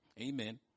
amen